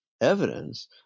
evidence